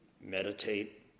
meditate